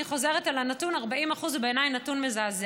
אני חוזרת על הנתון: 40%; בעיניי הוא נתון מזעזע.